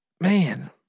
man